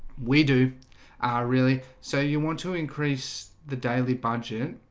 we do are really so you want to increase the daily budget?